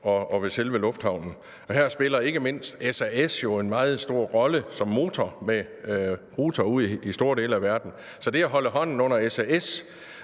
og ved selve lufthavnen, og her spiller ikke mindst SAS en meget stor rolle som motor med ruter ud i store dele af verden. Så det at holde hånden under SAS